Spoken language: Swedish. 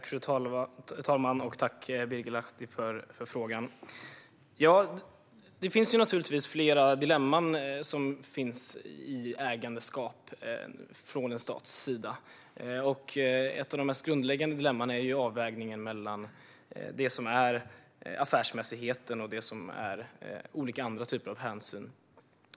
Fru talman! Jag tackar Birger Lahti för frågan. Det finns naturligtvis flera dilemman när det gäller statligt ägande. Ett av de mest grundläggande är avvägningen mellan affärsmässighet och olika typer av hänsyn.